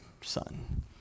son